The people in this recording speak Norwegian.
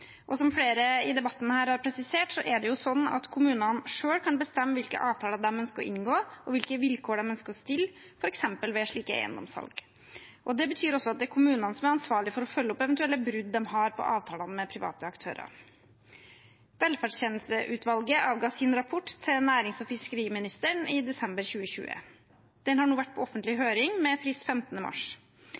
og som flere i debatten her har presisert, kan kommunene selv bestemme hvilke avtaler de ønsker å inngå, og hvilke vilkår de ønsker å stille f.eks. ved slike eiendomssalg. Det betyr også at det er kommunene som er ansvarlige for å følge opp eventuelle brudd de har på avtalene med private aktører. Velferdstjenesteutvalget avga sin rapport til nærings- og fiskeriministeren i desember 2020. Den har nå vært på offentlig høring med frist 15. mars.